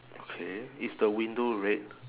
okay is the window red